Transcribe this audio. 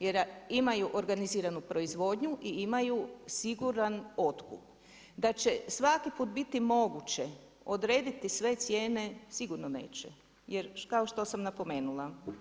Jer imaju organiziranu proizvodnju i imaju siguran otkup, da će svaki put biti moguće odrediti sve cijene, sigurno neće, jer kao što sam napomenula.